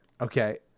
Okay